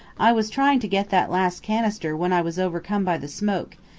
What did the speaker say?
i was trying to get that last canister when i was overcome by the smoke,